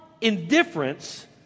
indifference